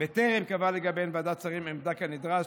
בטרם קבעה לגביהן ועדת השרים עמדה כנדרש,